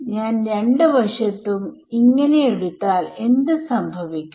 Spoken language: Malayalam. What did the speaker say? ഞാൻ രണ്ട് വശത്തും എടുത്താൽ എന്ത് സംഭവിക്കും